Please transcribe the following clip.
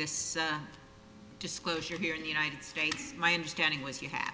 this disclosure here in the united states my understanding was you have